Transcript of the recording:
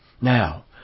Now